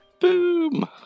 Boom